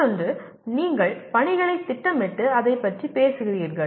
மற்றொன்று நீங்கள் பணிகளைத் திட்டமிட்டு அதைப் பற்றிப் பேசுகிறீர்கள்